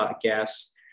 gas